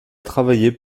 travaillé